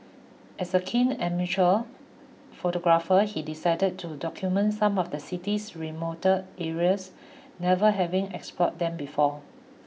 as a keen amateur photographer he decided to document some of the city's remoter areas never having explored them before